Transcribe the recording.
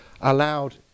allowed